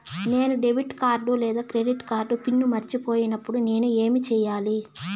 నేను debit card లేదా credit card pin మర్చిపోయినప్పుడు నేను ఏమి సెయ్యాలి?